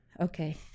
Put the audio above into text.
Okay